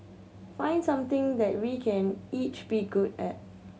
find something that we can each be good at